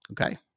okay